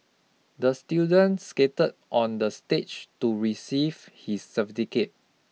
the students skated on the stage to receive his cerfticate